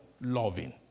loving